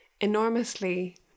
enormously